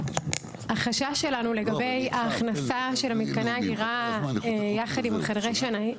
החשש שלנו לגבי ההכנסה של מתקני האגירה יחד עם חדרי שנאים,